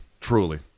Truly